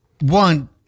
One